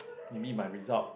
it mean my result